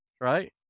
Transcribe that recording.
Right